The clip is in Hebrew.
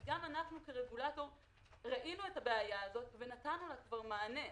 גם אנחנו כרגולטור ראינו את הבעיה הזאת ונתנו לה כבר מענה.